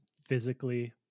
physically